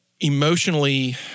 emotionally